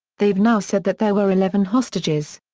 they've now said that there were eleven hostages.